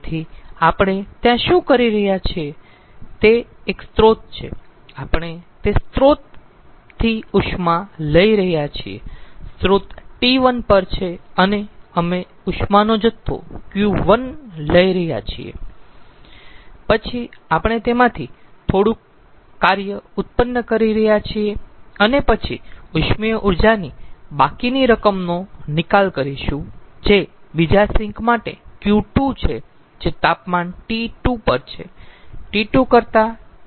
તેથી આપણે ત્યાં શું કરી રહ્યાં છે તે એક સ્રોત છે આપણે તે સ્રોતથી ઉષ્મા લઈ રહ્યા છીએ સ્રોત T1 પર છે અને અમે ઉષ્માનો જથ્થો Q1 લઈ રહ્યા છીએ પછી આપણે તેમાંથી થોડુંક કાર્ય ઉત્પન્ન કરી રહ્યા છીએ અને પછી ઉષ્મીય ઉર્જાની બાકીની રકમનો નિકાલ કરીશું જે બીજા સિંક માટે Q2 છે જે તાપમાન T2 પર છે T2 કરતા T1 વધારે છે